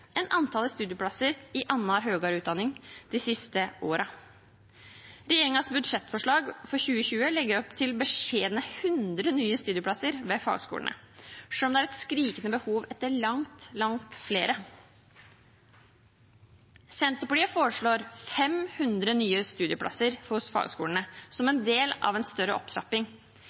antall studieplasser i annen høyere utdanning de siste årene. Regjeringens budsjettforslag for 2020 legger opp til beskjedne 100 nye studieplasser ved fagskolene, selv om det er et skrikende behov etter langt, langt flere. Senterpartiet foreslår 500 nye studieplasser ved fagskolene, som en del av en større opptrapping.